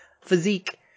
physique